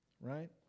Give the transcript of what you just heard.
Right